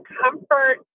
comfort